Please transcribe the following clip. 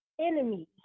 enemies